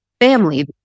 family